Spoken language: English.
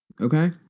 okay